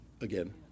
again